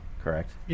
correct